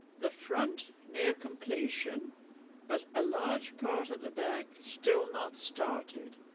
the front near completion but a large part at the back still not started